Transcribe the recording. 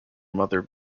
mother